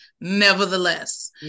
nevertheless